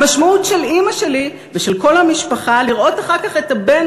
המשמעות של אימא שלי ושל כל המשפחה לראות אחר כך את הבן